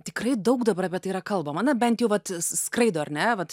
tikrai daug dabar apie tai yra kalbama na bent jau vat s skraido ar ne vat